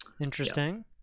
interesting